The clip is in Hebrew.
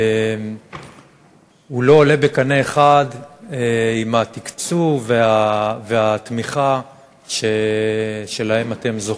לא עולים בקנה אחד עם התקצוב והתמיכה שלהם אתם זוכים,